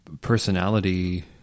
personality